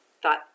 thought